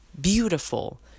beautiful